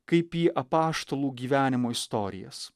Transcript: kaip į apaštalų gyvenimo istorijas